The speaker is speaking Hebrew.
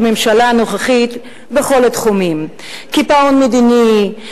הממשלה הנוכחית בכל התחומים: קיפאון מדיני,